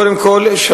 קודם כול,